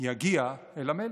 יגיע אל המלך.